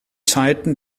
zeiten